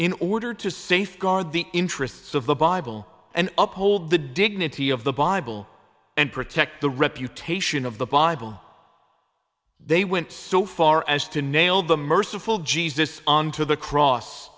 in order to safeguard the interests of the bible and up hold the dignity of the bible and protect the reputation of the bible they went so far as to nail the merciful jesus on to the cross